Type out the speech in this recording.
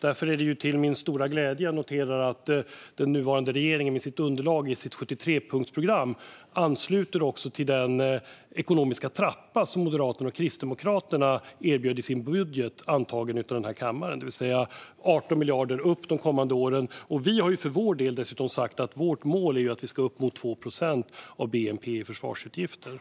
Därför är det till min stora glädje jag noterar att den nuvarande regeringen i sitt underlag, i sitt 73-punktsprogram, ansluter till den ekonomiska trappa som Moderaterna och Kristdemokraterna erbjöd i sin budget, som är antagen av denna kammare, det vill säga en ökning med 18 miljarder de kommande åren. Vi har dessutom sagt att vårt mål är att vi ska upp mot 2 procent av bnp i försvarsutgifter.